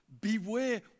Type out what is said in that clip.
Beware